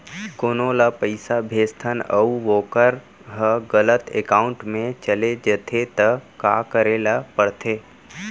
कोनो ला पइसा भेजथन अऊ वोकर ह गलत एकाउंट में चले जथे त का करे ला पड़थे?